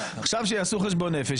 עכשיו שיעשו חשבון נפש,